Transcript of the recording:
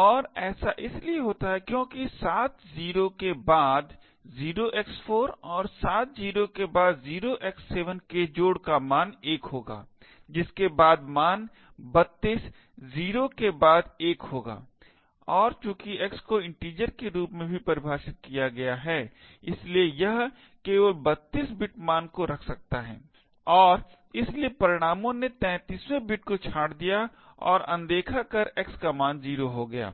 और ऐसा इसलिए होता है क्योंकि 7 0s के बाद 0x4 और 7 0s के बाद 0x7के जोड़ का मान 1 होगा जिसके बाद मान 32 0 के बाद 1 होगा और चूंकि x को integer के रूप में भी परिभाषित किया गया है इसलिए यह केवल 32 बिट मान को रख सकता है और इसलिए परिणामों ने 33 वें बिट को छांट दिया और अनदेखा कर x का मान 0 हो जाएगा